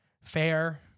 fair